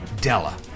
Della